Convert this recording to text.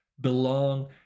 belong